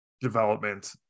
development